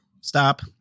stop